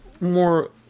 more